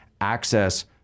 access